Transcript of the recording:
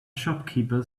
shopkeeper